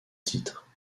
titre